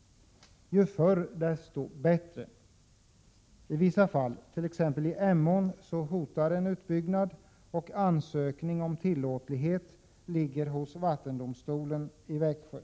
— ju förr desto bättre. I vissa fall, t.ex. i Emån, hotar en utbyggnad och ansökning om tillåtelse ligger hos vattendomstolen i Växjö.